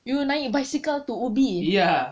you naik basikal to ubi